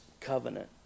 covenant